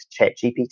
ChatGPT